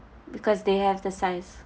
because they have the size